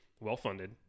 well-funded